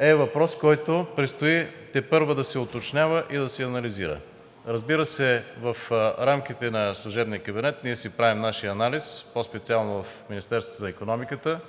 е въпрос, който предстои тепърва да се уточнява и да се анализира. Разбира се, в рамките на служебния кабинет ние си правим нашия анализ, по-специално в Министерството на икономиката,